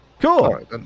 Cool